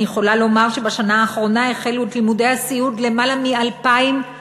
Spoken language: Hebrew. אני יכולה לומר שבשנה האחרונה החלו את לימודי הסיעוד למעלה מ-2,500.